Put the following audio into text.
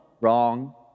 wrong